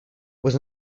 was